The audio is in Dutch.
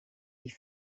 die